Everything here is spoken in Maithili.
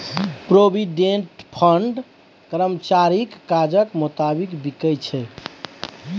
प्रोविडेंट फंड कर्मचारीक काजक मोताबिक बिकै छै